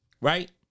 right